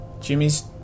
Jimmy's